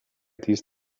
these